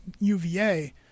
UVA